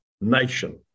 nation